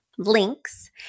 links